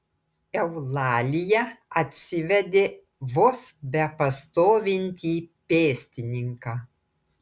eulalija atsivedė vos bepastovintį pėstininką